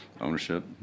Ownership